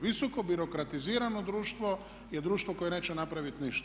Visoko birokratizirano društvo je društvo koje neće napraviti ništa.